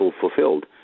fulfilled